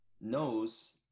knows